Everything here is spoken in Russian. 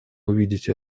увидеть